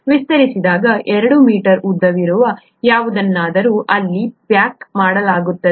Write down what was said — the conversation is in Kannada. ವಿಸ್ತರಿಸಿದಾಗ 2 ಮೀಟರ್ ಉದ್ದವಿರುವ ಯಾವುದನ್ನಾದರೂ ಅಲ್ಲಿ ಪ್ಯಾಕ್ ಮಾಡಲಾಗುತ್ತದೆ